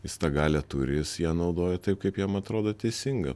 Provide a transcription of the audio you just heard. jis tą galią turi jis ją naudoja taip kaip jam atrodo teisinga